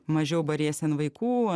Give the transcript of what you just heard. mažiau bariesi ant vaikų